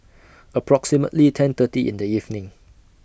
approximately ten thirty in The evening